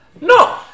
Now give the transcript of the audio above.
No